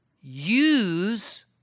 use